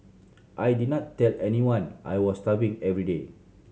I did not tell anyone I was starving every day